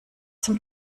zum